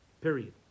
Period